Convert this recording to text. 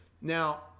Now